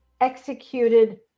executed